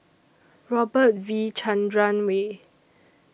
Robert V Chandran Way